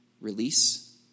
release